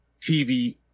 TV